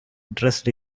dressed